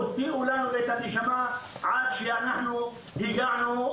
הוציאו לנו את הנשמה עד שאנחנו הגענו,